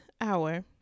hour